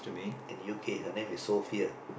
in U_K her name is Sophia